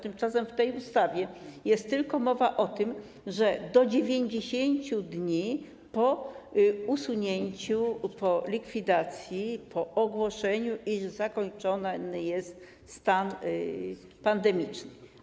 Tymczasem w tej ustawie jest tylko mowa o tym, że do 90 dni po usunięciu, po likwidacji, po ogłoszeniu, iż zakończony jest stan pandemiczny.